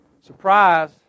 surprise